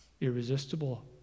Irresistible